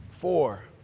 four